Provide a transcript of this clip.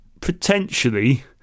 potentially